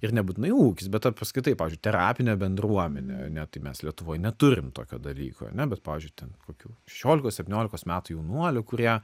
ir nebūtinai ūkis bet apskritai pavyzdžiui terapinė bendruomenė ane tai mes lietuvoj neturime tokio dalyko ar ne bet pavyzdžiui ten kokių šešiolikos septyniolikos metų jaunuolių kurie